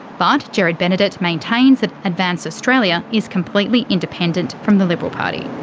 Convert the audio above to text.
but gerard benedet maintains that advance australia is completely independent from the liberal party.